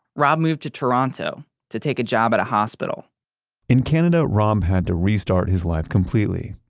rob moved to toronto to take a job at a hospital in canada, rob had to restart his life completely.